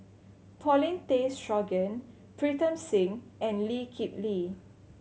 Paulin Tay Straughan Pritam Singh and Lee Kip Lee